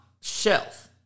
shelf